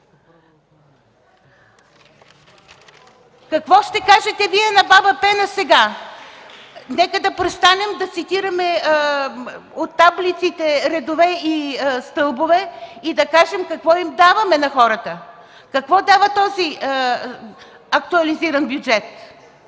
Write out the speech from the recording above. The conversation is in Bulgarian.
Какво ще кажете Вие на баба Пена сега?! Нека да престанем да цитираме от таблиците редове и стълбове и да кажем какво даваме на хората, какво дава този актуализиран бюджет.